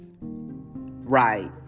Right